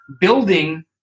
building